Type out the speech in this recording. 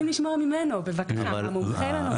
אבל אנחנו רוצים לשמוע ממנו בבקשה, המומחה לנושא.